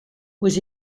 was